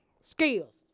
skills